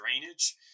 drainage